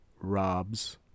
robs